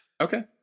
Okay